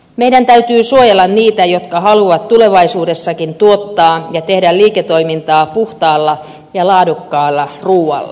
meidän täytyy suojella niitä jotka haluavat tulevaisuudessakin tuottaa ja tehdä liiketoimintaa puhtaalla ja laadukkaalla ruualla